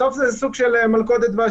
בסוף זה סוג של מלכודת דבש,